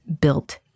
built